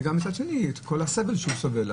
ומצד שני גם למנוע את כל הסבל שהוא סובל.